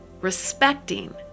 respecting